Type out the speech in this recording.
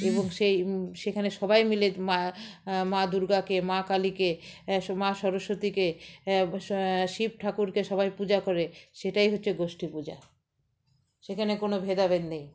এবং সেই সেখানে সবাই মিলে মা মা দুর্গাকে মা কালীকে মা সরস্বতীকে শিব ঠাকুরকে সবাই পূজা করে সেটাই হচ্ছে গোষ্ঠী পূজা সেখানে কোনো ভেদাভেদ নেই